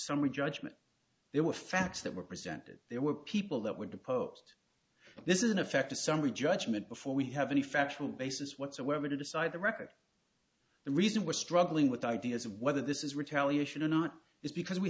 summary judgment there were facts that were presented there were people that were proposed this is in effect a summary judgment before we have any factual basis whatsoever to decide the record the reason we're struggling with ideas whether this is retaliation or not is because we